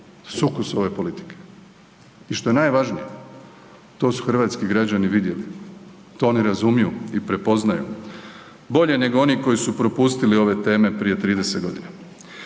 Sukus ove politike i što je najvažnije, to su hrvatski građani vidjeli, to oni razumiju i prepoznaju, bolje nego oni koji su propustili ove teme prije 30 godina.